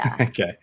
Okay